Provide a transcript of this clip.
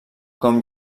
com